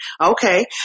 Okay